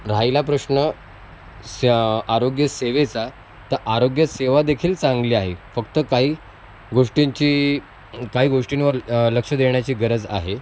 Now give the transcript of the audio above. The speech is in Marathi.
राहिला प्रश्न स्य आरोग्यसेवेचा तर आरोग्यसेवादेखील चांगली आहे फक्त काही गोष्टींची काही गोष्टींवर लक्ष देण्याची गरज आहे